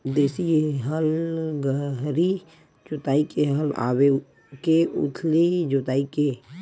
देशी हल गहरी जोताई के हल आवे के उथली जोताई के?